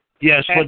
Yes